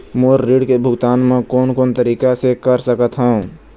मोर ऋण के भुगतान म कोन कोन तरीका से कर सकत हव?